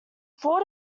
four